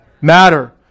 Matter